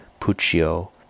Puccio